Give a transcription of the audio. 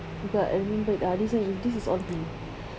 but I remembered ah this [one] this is all pink